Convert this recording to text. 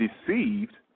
deceived